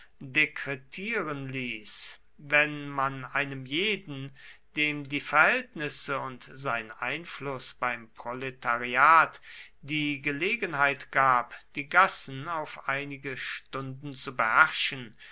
dekretieren ließ wenn man einem jeden dem die verhältnisse und sein einfluß beim proletariat die gelegenheit gab die gassen auf einige stunden zu